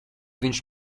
viņš